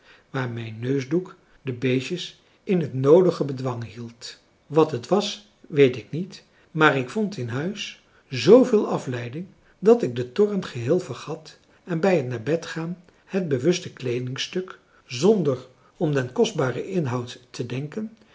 waar mijn neusdoek de beestjes in het noodige bedwang hield wat het was weet ik niet maar ik vond in huis zooveel afleiding dat ik de torren geheel vergat en bij het naar bed gaan het bewuste kleedingstuk zonder om den kostbaren inhoud te denken